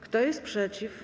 Kto jest przeciw?